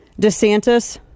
DeSantis